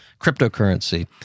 cryptocurrency